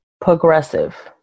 Progressive